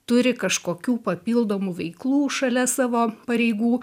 turi kažkokių papildomų veiklų šalia savo pareigų